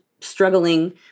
struggling